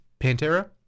Pantera